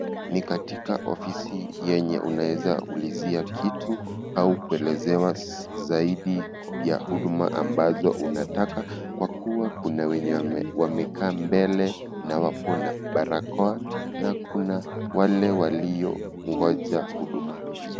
Ni katika ofisi yenye unaeza ulizia kitu au kuelezewa zaidi ya huduma ambazo unataka kwa kuwa kuna wenye wamekaa mbele na wako na barakoa na kuna wale waliongoja huduma hizo.